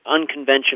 unconventional